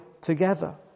together